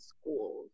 schools